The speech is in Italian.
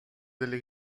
delle